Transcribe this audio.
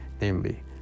namely